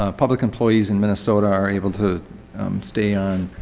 ah public employees in minnesota are able to stay on